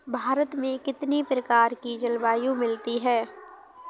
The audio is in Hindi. भारत में कितनी प्रकार की जलवायु मिलती है?